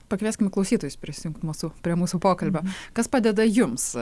pakvieskim klausytojus prisijungt mūsų prie mūsų pokalbio kas padeda jums